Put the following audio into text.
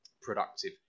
productive